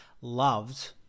loved